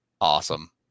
awesome